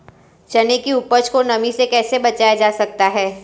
चने की उपज को नमी से कैसे बचाया जा सकता है?